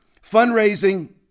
fundraising